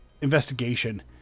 investigation